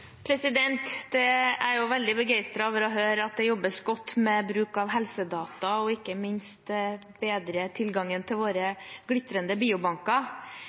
er veldig begeistret over å høre at det jobbes godt med bruk av helsedata, og ikke minst med å bedre tilgangen til våre glitrende biobanker.